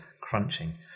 crunching